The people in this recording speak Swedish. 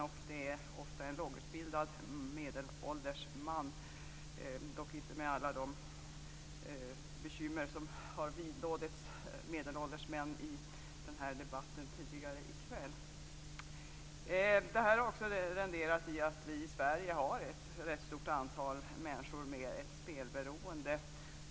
Det är ofta en lågutbildad, medelålders man, dock inte med alla de bekymmer som har vidlådits medelålders män i den här debatten tidigare i kväll. Det här har också resulterat i att vi i Sverige har ett rätt stort antal människor med ett spelberoende.